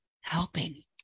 helping